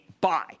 buy